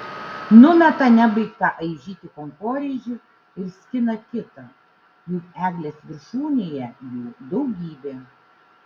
numeta nebaigtą aižyti kankorėžį ir skina kitą juk eglės viršūnėje jų daugybė